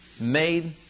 made